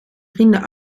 vrienden